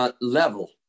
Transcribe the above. level